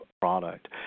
product